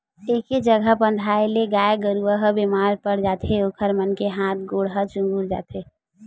एके जघा बंधाए ले गाय गरू ह बेमार पड़ जाथे ओखर मन के हात गोड़ ह चुगुर जाथे